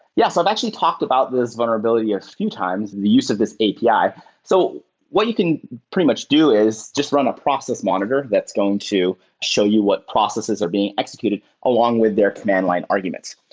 yeah. so i've actually talked about this vulnerability a few times, the use of this api. so what you can pretty much do is just run a process monitor that's going to show you what processes are being executed along with their command line arguments.